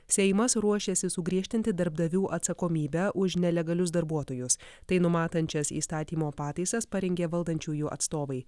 seimas ruošiasi sugriežtinti darbdavių atsakomybę už nelegalius darbuotojus tai numatančias įstatymo pataisas parengė valdančiųjų atstovai